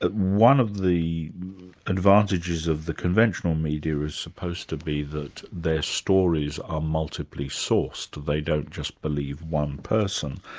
ah one of the advantages of the conventional media is supposed to be that their stories are multipally sourced, they don't just believe one person.